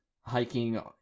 hiking